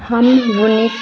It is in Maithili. हम बूनिक